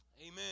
Amen